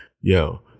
yo